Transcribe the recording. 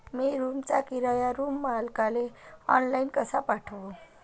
मी रूमचा किराया रूम मालकाले ऑनलाईन कसा पाठवू?